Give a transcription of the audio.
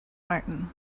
martin